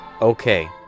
Okay